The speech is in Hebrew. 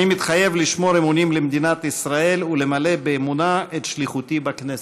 אני מתחייב לשמור אמונים למדינת ישראל ולמלא באמונה את שליחותי בכנסת.